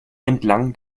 entlang